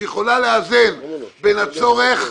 שיכולה לאזן בין הצורך